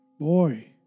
Boy